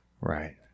Right